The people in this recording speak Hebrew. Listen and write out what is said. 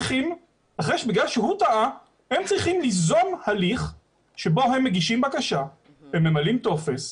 בגלל שהוא טעה הם צריכים ליזום הליך שבו הם מגישים בקשה וממלאים טופס.